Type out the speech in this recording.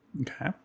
Okay